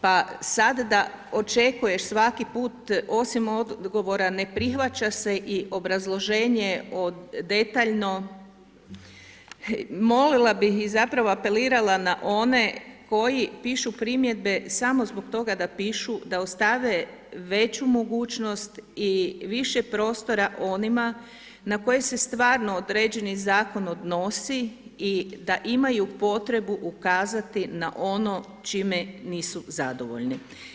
Pa sad da očekuješ svaki put osim odgovora, ne prihvaća se i obrazloženje od detaljno, molila bi i zapravo apelirala na one koji pišu primjedbe samo zbog toga da pišu, da ostave veću mogućnost i više prostora onima, na koje se stvarno određeni zakon odnosi i da imaju potrebu ukazati na ono čime nisu zadovoljni.